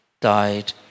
died